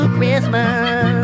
Christmas